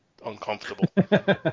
uncomfortable